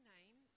Name